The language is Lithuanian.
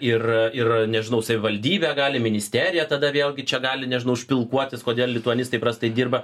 ir ir nežinau savivaldybė gali ministerija tada vėlgi čia gali nežinau špilkuotis kodėl lituanistai prastai dirba